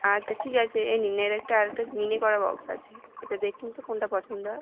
আচ্ছা ঠিক আছে এই নিন এর একটা আর একটা মিনে করা বক্স আছে এটা দেখুন তো কোনটা পছন্দ হয়